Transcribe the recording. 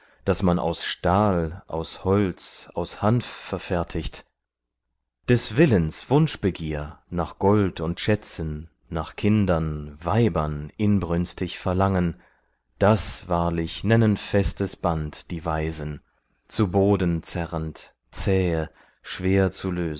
das man aus stahl aus holz aus hanf verfertigt des willens wunschbegier nach gold und schätzen nach kindern weibern inbrünstig verlangen das wahrlich nennen festes band die weisen zu boden zerrend zähe schwer